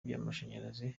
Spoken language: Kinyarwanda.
by’amashanyarazi